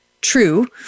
true